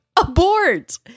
abort